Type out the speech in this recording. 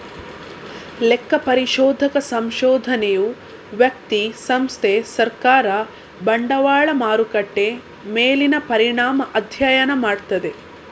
ಲೆಕ್ಕ ಪರಿಶೋಧಕ ಸಂಶೋಧನೆಯು ವ್ಯಕ್ತಿ, ಸಂಸ್ಥೆ, ಸರ್ಕಾರ, ಬಂಡವಾಳ ಮಾರುಕಟ್ಟೆ ಮೇಲಿನ ಪರಿಣಾಮ ಅಧ್ಯಯನ ಮಾಡ್ತದೆ